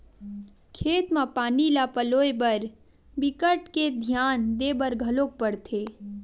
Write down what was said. खेत म पानी ल पलोए बर बिकट के धियान देबर घलोक परथे